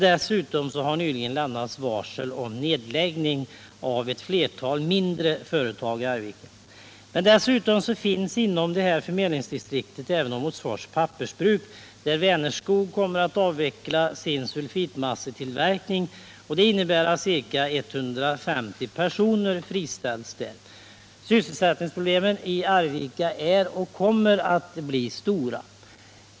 Det har också nyligen varslats om nedläggning av flera mindre företag i Arvika. Inom distriktet finns även Åmotfors Pappersbruks AB, där Vänerskog kommer att avveckla sin sulfitmassetillverkning. Det innebär att ca 150 personer kommer att friställas. Sysselsättningsproblemen i Arvika är och kommer att bli stora.